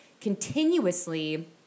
continuously